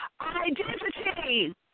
identity